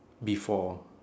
before